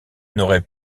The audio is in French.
n’aurait